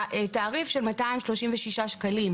התעריף של 236 שקלים,